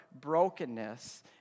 brokenness